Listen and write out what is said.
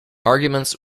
arguments